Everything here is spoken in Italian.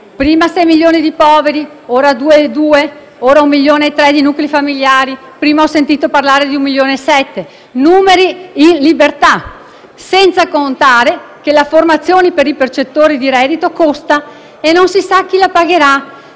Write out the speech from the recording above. di 6 milioni di poveri, poi di 2,2, ora si parla di 1,3 milioni di nuclei familiari, mentre prima ho sentito parlare di 1,7 milioni. Sono numeri in libertà, senza contare che la formazione per i percettori di reddito costa e non si sa chi la pagherà: